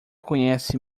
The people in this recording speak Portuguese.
conhece